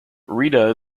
rita